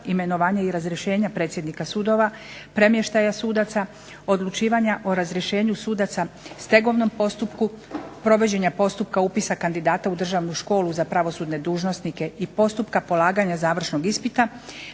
imenovanja i razrješenja predsjednika sudova, premještaja sudaca, odlučivanja o razrješenju sudaca, stegovnom postupku, provođenja postupka upisa kandidata u državnu školu za pravosudne dužnosnike i postupka polaganja završnog ispita,